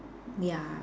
ya